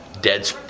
dead